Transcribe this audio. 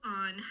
on